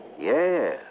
Yes